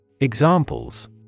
Examples